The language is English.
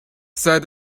said